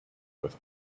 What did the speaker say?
with